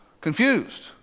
Confused